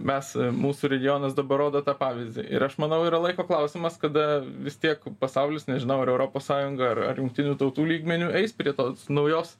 mes mūsų regionas dabar rodo tą pavyzdį ir aš manau yra laiko klausimas kada vis tiek pasaulis nežinau ar europos sąjunga ar ar jungtinių tautų lygmeniu eis prie tos naujos